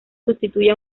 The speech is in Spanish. sustituye